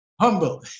humble